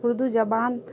اردو زبان